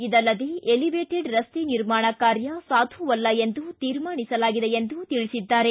ಇದಲ್ಲದೆ ಎಲಿವೆಟೆಡ್ ರಸ್ತೆ ನಿರ್ಮಾಣ ಕಾರ್ಯ ಸಾಧುವಲ್ಲ ಎಂದೂ ತೀರ್ಮಾನಿಸಲಾಗಿದೆ ಎಂದು ತಿಳಿಸಿದ್ದಾರೆ